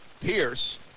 Pierce